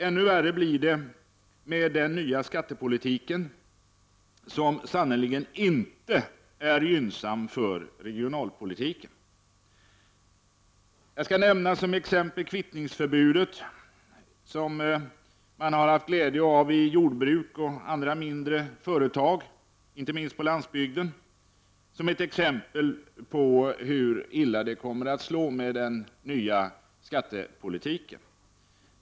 Ännu värre blir det med den nya skattepolitiken som sannerligen inte är gynnsam för regienalpolitiken. Jag skall nämna som exempel förbudet mot den kvittning som man tidigare haft glädje av i jordbruk och andra mindre företag, inte minst på landsbygden. Det är ett exempel på hur illa det kommer att slå med den nya skattepolitiken.